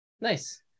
Nice